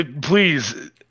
please